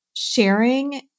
Sharing